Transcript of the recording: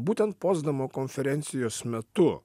būtent potsdamo konferencijos metu